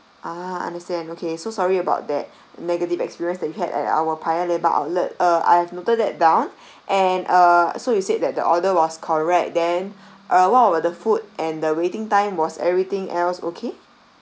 ah understand okay so sorry about that negative experience that you had at our paya lebar outlet uh I have noted that down and uh so you said that the order was correct then uh what about the food and the waiting time was everything else okay